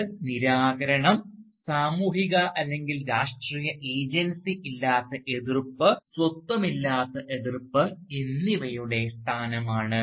അത് നിരാകരണം സാമൂഹിക അല്ലെങ്കിൽ രാഷ്ട്രീയ ഏജൻസി ഇല്ലാത്ത എതിർപ്പ് സ്വത്വമില്ലാത്ത എതിർപ്പ് എന്നിവയുടെ സ്ഥാനമാണ്